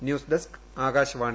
news desk Akashvani